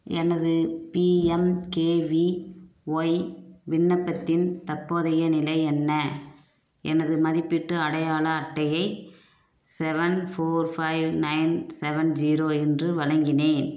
எனது பிஎம்கேவிஒய் விண்ணப்பத்தின் தற்போதைய நிலை என்ன எனது மதிப்பீட்டு அடையாள அட்டையை seven four five nine seven zero என்று வழங்கினேன்